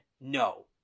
no